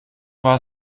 war